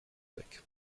weg